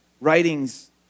writings